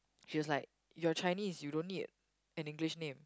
she was like you're Chinese you don't need an English name